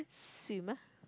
swim ah